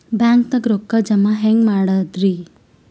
ಬ್ಯಾಂಕ್ದಾಗ ರೊಕ್ಕ ಜಮ ಹೆಂಗ್ ಮಾಡದ್ರಿ?